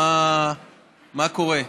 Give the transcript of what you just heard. מה קורה?